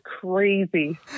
crazy